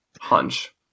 hunch